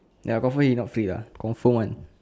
ya confirm he not free lah confirm one